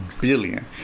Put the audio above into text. billion